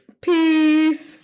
Peace